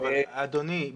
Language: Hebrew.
אדוני,